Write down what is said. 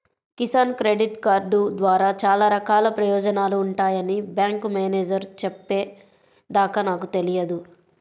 Kisan credit card ద్వారా చాలా రకాల ప్రయోజనాలు ఉంటాయని బ్యాంకు మేనేజేరు చెప్పే దాకా నాకు తెలియదు